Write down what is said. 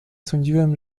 sądziłem